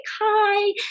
Hi